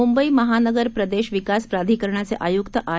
मुंबईमहानगरप्रदेशविकासप्राधिकरणाचेआयुक्तआर